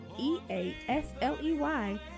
E-A-S-L-E-Y